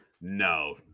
No